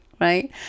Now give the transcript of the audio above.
Right